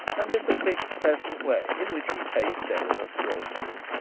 and in the quick, pleasant way in which he paced eleanor's drawing-room.